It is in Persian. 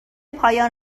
پایان